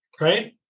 right